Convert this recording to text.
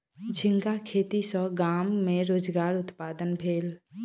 झींगा खेती सॅ गाम में रोजगारक उत्पादन भेल